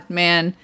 man